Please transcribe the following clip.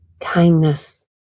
kindness